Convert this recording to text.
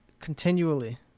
continually